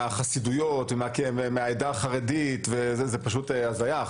החסידויות ומן העדה החרדית זה פשוט הזיה.